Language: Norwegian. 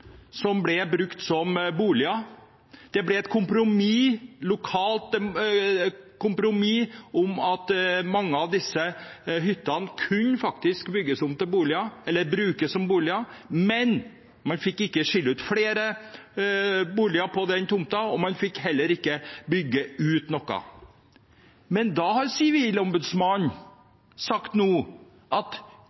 hytter ble brukt som boliger. Det ble et lokalt kompromiss om at mange av disse hyttene kunne brukes som boliger, men man fikk ikke skille ut flere boliger på tomten og heller ikke bygge ut. Men nå har Sivilombudsmannen sagt at